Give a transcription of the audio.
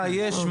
מה יש,